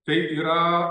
tai yra